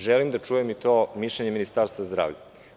Želim da čujem i mišljenje i Ministarstva zdravlja.